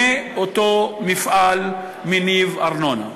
מאותו מפעל מניב ארנונה.